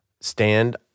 stand